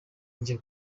njya